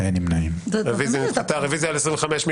כל הכבוד, עוד דקה בזבזתם לנו...